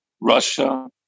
Russia